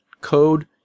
code